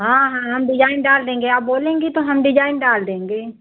हाँ हाँ हम डिजाइन डाल देंगे आप बोलेंगी तो हम डिजाइन डाल देंगे